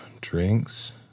drinks